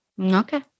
Okay